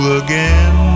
again